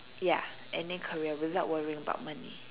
ya any career without worrying about money